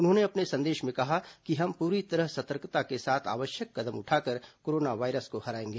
उन्होंने अपने संदेश में कहा है कि हम सब पूरी सतर्कता के साथ आवश्यक कदम उठाकर कोरोना वायरस को हराएंगे